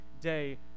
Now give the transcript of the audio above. day